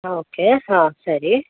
okay ಹಾಂ ಸರಿ